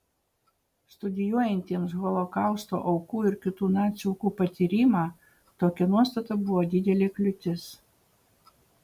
studijuojantiems holokausto aukų ir kitų nacių aukų patyrimą tokia nuostata buvo didelė kliūtis